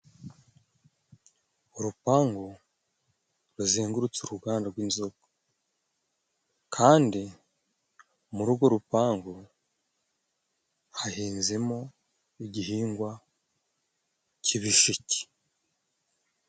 Urupangu ruzengurutse uruganda rw'inzoga kandi mu rurwo rupangu hahinzemo igihingwa cy'ibisheke.